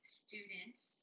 students